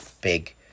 big